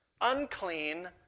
unclean